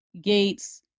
Gates